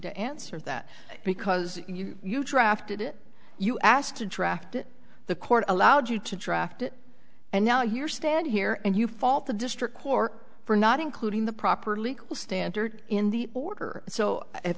to answer that because you drafted it you asked to draft the court allowed you to draft it and now you're standing here and you fault the district court for not including the proper legal standard in the order so if